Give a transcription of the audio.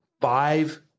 five